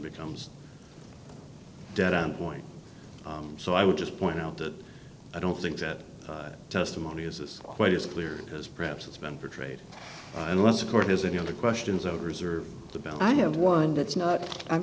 becomes dead on point so i would just point out that i don't think that testimony is quite as clear as perhaps it's been for trade unless of course there's any other questions over his or the bell i have one that's not i'm